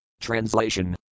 Translation